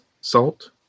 salt